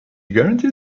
guarantee